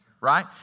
Right